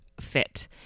fit